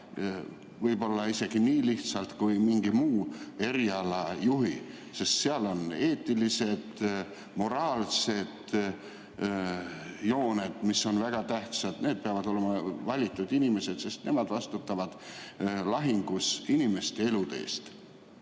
võib-olla isegi nii lihtsalt kui mingi muu eriala juhi puhul, sest seal on eetilised, moraalsed jooned, mis on väga tähtsad. Need peavad olema valitud inimesed, sest nemad vastutavad lahingus inimeste elude eest.